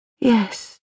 Yes